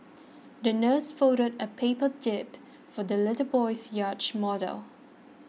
the nurse folded a paper jib for the little boy's yacht model